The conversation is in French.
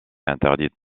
interdite